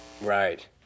Right